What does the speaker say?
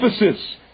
emphasis